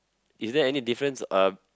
is there any difference uh